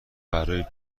برای